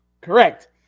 correct